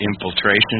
infiltration